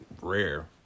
rare